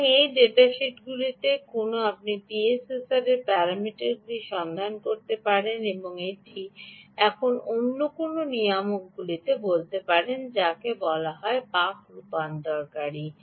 সুতরাং এই ডেটা শিটের কোথাও আপনাকে পিএসএসআর এর প্যারামিটারের সন্ধান করতে হতে পারে এটি এখন অন্য ধরণের নিয়ামকগুলিতে চলে যাই যাকে বলা হয় বাক রূপান্তরকারী